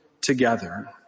together